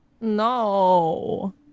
No